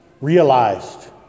realized